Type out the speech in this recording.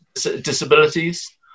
disabilities